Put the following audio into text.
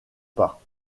pas